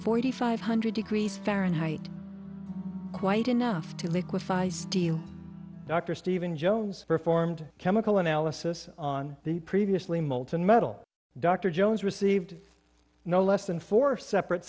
forty five hundred degrees fahrenheit quite enough to liquify steel dr stephen jones performed chemical analysis on the previously molten metal dr jones received no less than four separate